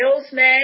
salesman